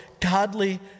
godly